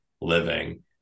living